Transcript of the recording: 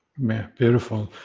beautiful.